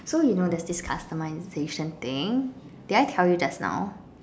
so you know there's this customisation thing did I tell you just now